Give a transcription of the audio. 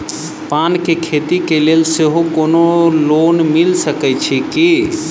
पान केँ खेती केँ लेल सेहो कोनो लोन मिल सकै छी की?